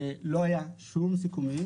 לא היה שום סיכום,